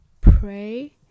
pray